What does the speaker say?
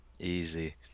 Easy